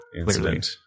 incident